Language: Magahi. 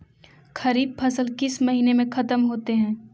खरिफ फसल किस महीने में ख़त्म होते हैं?